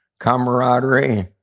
camaraderie,